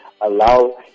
allow